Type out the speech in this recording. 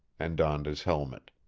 and donned his helmet.